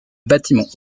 bâtiment